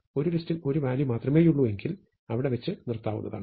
ഒരു ലിസ്റ്റിൽ ഒരു വാല്യൂ മാത്രമേയുള്ളൂ എങ്കിൽ അവിടെ വെച്ച് നിർത്താവുന്നതാണ്